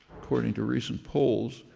according to recent polls,